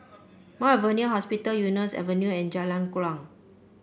Mount Alvernia Hospital Eunos Avenue and Jalan Kuang